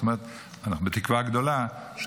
זאת אומרת אנחנו בתקווה גדולה -- שישובו.